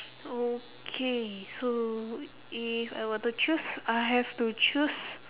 okay so if I were to choose I have to choose